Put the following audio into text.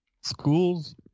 schools